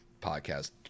podcast